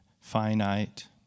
finite